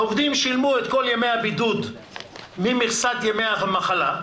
העובדים שילמו את כל ימי הבידוד ממכסת ימי המחלה,